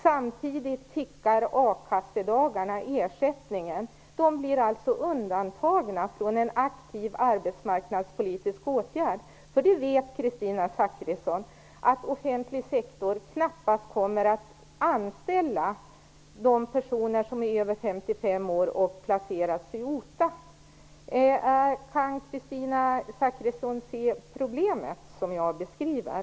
Samtidigt tickar akassedagarna och därmed ersättningen. De blir alltså undantagna från aktiva arbetsmarknadspolitiska åtgärder. Den offentliga sektorn kommer ju knappast att anställa personer som är över 55 år och har placerats i OTA. Kan Kristina Zakrisson se det problem som jag beskriver?